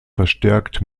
verstärkt